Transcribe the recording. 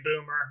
boomer